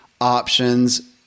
options